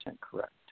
correct